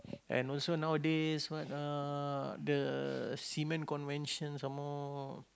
and also nowadays what uh the cement convention some more